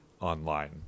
online